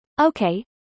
Okay